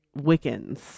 Wiccans